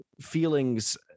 feelings